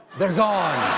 they're gone.